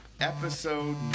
episode